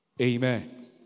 Amen